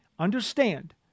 Understand